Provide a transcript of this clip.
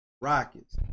rockets